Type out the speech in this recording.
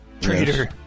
Traitor